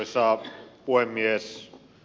arvoisa puhemies